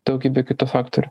daugybė kitų faktorių